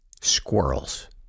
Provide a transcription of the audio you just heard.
squirrels